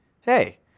Hey